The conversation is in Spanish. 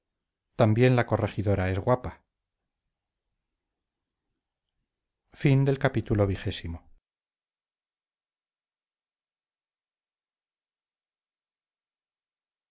agregó la corregidora los